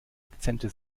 akzente